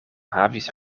havis